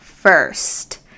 first